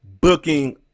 booking